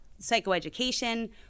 psychoeducation